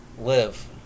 live